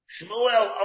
Shmuel